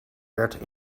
werd